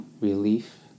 relief